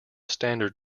standard